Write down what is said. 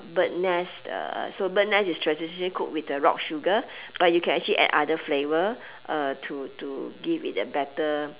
bird nest uh so bird nest is traditionally cooked with the rock sugar but you can actually add other flavour uh to to give it a better